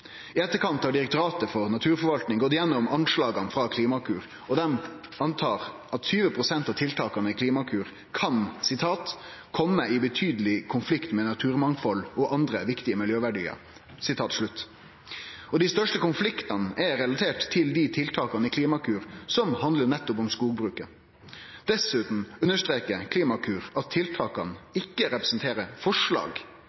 I etterkant har Direktoratet for naturforvaltning gått gjennom anslag frå Klimakur, og dei antar at 20 pst. av tiltaka i Klimakur kan «komme i betydelig konflikt med naturmangfold og andre viktige miljøverdier». Dei største konfliktane er relaterte til dei tiltaka i Klimakur som handlar om nettopp skogbruket. Dessutan understreker Klimakur at tiltaka